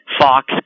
fox